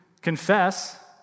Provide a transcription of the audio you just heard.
confess